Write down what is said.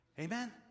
Amen